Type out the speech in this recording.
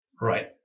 Right